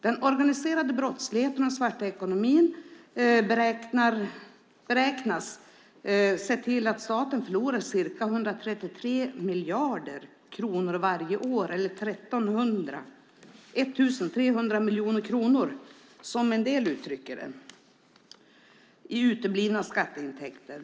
Den organiserade brottsligheten och den svarta ekonomin beräknas se till att staten förlorar ca 133 miljarder kronor varje år, eller 1 300 miljoner kronor, som en del uttrycker det, i uteblivna skatteintäkter.